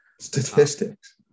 Statistics